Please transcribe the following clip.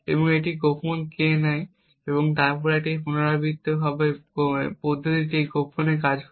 এবং এটি একটি গোপন K নেয় এবং তারপরে একটি পুনরাবৃত্তিমূলক পদ্ধতিতে এই গোপনে কাজ করে